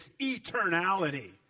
eternality